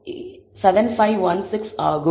7516 ஆகும்